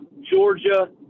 Georgia